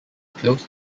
close